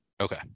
Okay